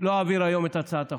לא אעביר היום את הצעת החוק.